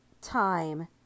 time